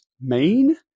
Maine